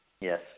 Yes